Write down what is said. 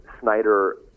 Snyder